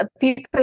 people